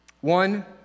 One